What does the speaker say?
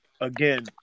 again